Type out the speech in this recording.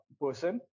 person